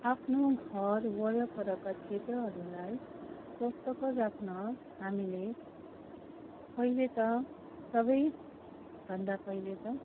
आफ्नो घर वरपरका क्षेत्रहरूलाई स्वस्थ्यकर राख्न हामीले पहिले त सबैभन्दा पहिले त